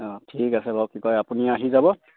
অঁ ঠিক আছে বাৰু কি কয় আপুনি আহি যাব